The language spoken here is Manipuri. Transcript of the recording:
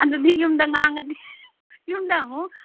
ꯑꯗꯨꯗꯤ ꯌꯨꯝꯗ ꯉꯥꯡꯉꯗꯤ ꯌꯨꯝꯗ ꯑꯃꯨꯛ